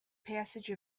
passage